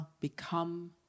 become